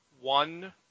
one